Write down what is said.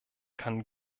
kann